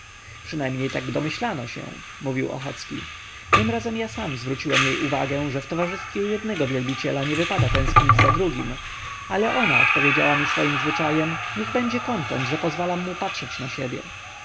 przynajmniej tak domyślano się mówił ochocki tym razem ja sam zwróciłem jej uwagę że w towarzystwie jednego wielbiciela nie wypada tęsknić za drugim ale ona odpowiedziała mi swoim zwyczajem niech będzie kontent że pozwalam mu patrzeć na siebie